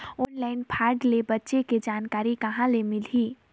Online fraud ले बचे के जानकारी कहां ले मिलही?